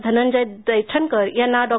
धनंजय दैठणकर यांना डॉ